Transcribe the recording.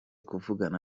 kuvugana